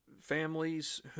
families